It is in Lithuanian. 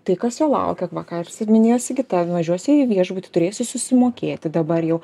tai kas jo laukia va ką ir užsiiminėjo sigita nuvažiuosiu į viešbutį turėsiu susimokėti dabar jau